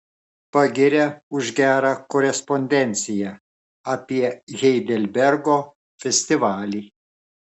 pagiria už gerą korespondenciją apie heidelbergo festivalį